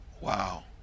Wow